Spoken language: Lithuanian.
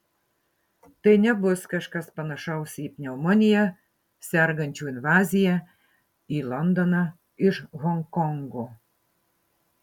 tai nebus kažkas panašaus į pneumonija sergančių invaziją į londoną iš honkongo